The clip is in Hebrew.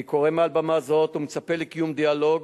אני קורא מעל במה זו ומצפה לקיום דיאלוג,